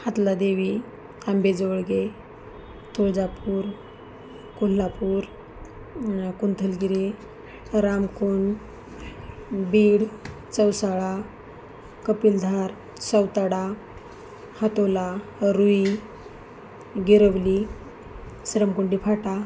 Hatla Devi Ambejawalge Tuljapur Kolhapur Kunthalgiri Ramkund Beed Chausala Kapildhar Sautada Hatola Rui Girwali Saramkundi Phata